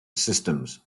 systems